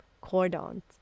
cordons